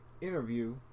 interview